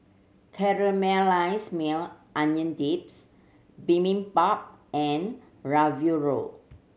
Caramelized Maui Onion Dips Bibimbap and Ravioli